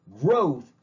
growth